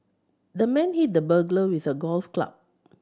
the man hit the burglar with a golf club